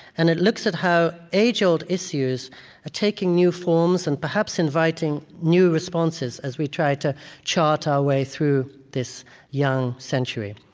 and it looks at how age-old issues are taking new forms and perhaps inviting new responses as we try to chart our way through this young century.